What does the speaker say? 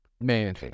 man